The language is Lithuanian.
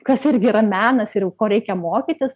kas irgi yra menas ir ko reikia mokytis